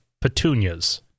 petunias